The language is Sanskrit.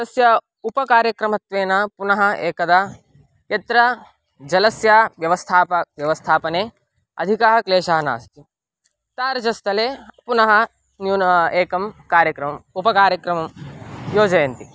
तस्य उपकार्यक्रमत्वेन पुनः एकदा यत्र जलस्य व्यवस्था व्यवस्थापने अधिकाः क्लेशः नास्ति तादृशस्थले पुनः न्यूनं एकं कार्यक्रमम् उपकार्यक्रमं योजयन्ति